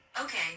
Okay